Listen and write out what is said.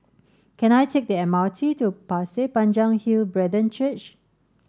can I take the M R T to Pasir Panjang Hill Brethren Church